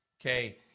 okay